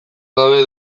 gabe